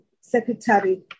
secretary